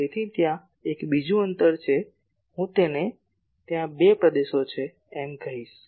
તેથી ત્યાં એક બીજું અંતર છે હું તેને ત્યાં બે વિસ્તાર છે એમ કહીએ